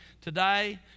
Today